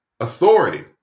authority